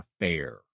affair